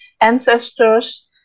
ancestors